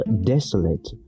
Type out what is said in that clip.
desolate